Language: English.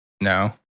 No